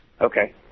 Okay